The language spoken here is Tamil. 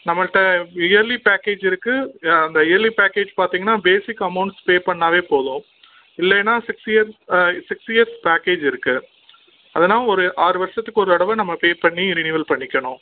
நம்மகிட்ட இயர்லி பேக்கேஜ் இருக்குது அந்த இயர்லி பேக்கேஜ் பார்த்தீங்கனா பேசிக் அமௌண்ட்ஸ் பே பண்ணாவே போதும் இல்லைன்னா six years six years package இருக்குது அதனால் ஒரு ஆறு வருசத்துக்கு ஒரு தடவை நம்ம பே பண்ணி ரினிவல் பண்ணிக்கணும்